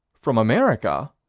from america,